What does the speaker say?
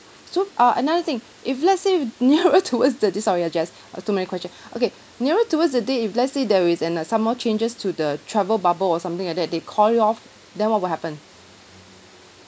so uh another thing if let's say nearer towards the this sorry ah jess uh too many question okay nearer towards the day if let's say there is an uh some more changes to the travel bubble or something like that they call it off then what will happen